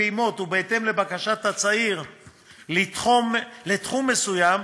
בפעימות ובהתאם לבקשת הצעיר לתחום מסוים,